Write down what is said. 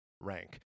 rank